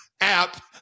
app